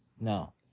No